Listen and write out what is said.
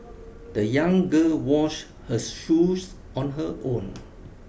the young girl washed her shoes on her own